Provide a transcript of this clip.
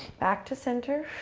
back to center.